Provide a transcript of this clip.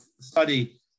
study